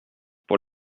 pour